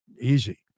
easy